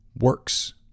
works